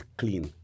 clean